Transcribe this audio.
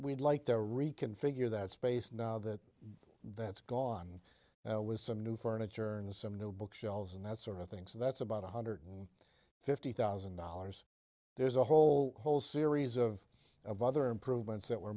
we'd like to reconfigure that space now that that's gone now with some new furniture and some new bookshelves and that sort of thing so that's about one hundred fifty thousand dollars there's a whole whole series of of other improvements that we're